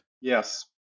Yes